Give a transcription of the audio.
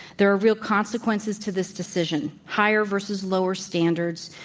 there are real consequences to this decision, higher versus lower standards,